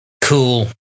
cool